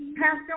Pastor